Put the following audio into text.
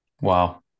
Wow